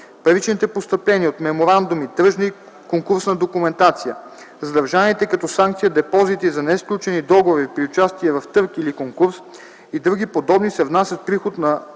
паричните постъпления от меморандуми, тръжна и конкурсна документация, задържаните като санкция депозити за несключени договори при участие в търг или конкурс и други подобни се внасят в приход по